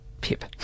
Pip